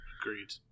Agreed